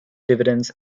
dividends